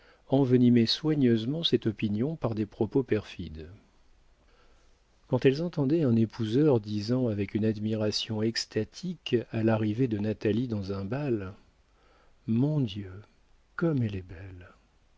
envenimaient soigneusement cette opinion par des propos perfides quand elles entendaient un épouseur disant avec une admiration extatique à l'arrivée de natalie dans un bal mon dieu comme elle est belle